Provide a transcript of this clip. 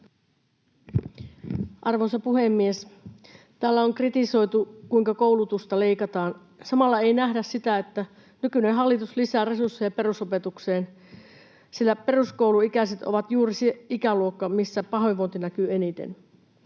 Arvoisa puhemies! Täällä on kritisoitu, kuinka koulutuksesta leikataan. Samalla ei nähdä sitä, että nykyinen hallitus lisää resursseja perusopetukseen, sillä peruskouluikäiset ovat juuri se ikäluokka, missä pahoinvointi näkyy eniten.